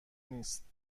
نیست